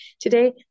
today